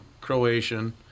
Croatian